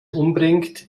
umbringt